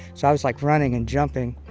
so i was, like, running and jumping.